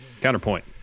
Counterpoint